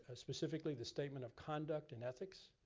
ah specifically the statement of conduct and ethics,